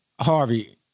Harvey